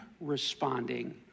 responding